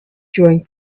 during